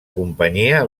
companyia